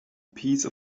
piece